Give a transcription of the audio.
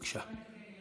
בבקשה.